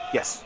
Yes